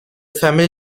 family